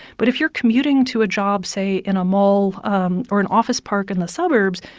but if you're commuting to a job, say, in a mall um or an office park in the suburbs,